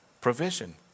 provision